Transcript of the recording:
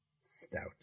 Stout